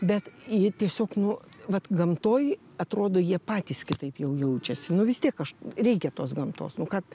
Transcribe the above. bet jie tiesiog nu vat gamtoj atrodo jie patys kitaip jau jaučiasi nu vis tiek aš reikia tos gamtos nu kad